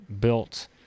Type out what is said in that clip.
built